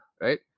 right